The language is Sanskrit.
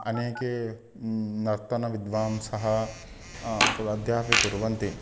अनेके नर्तनविद्वांसः ततद्यापि कुर्वन्ति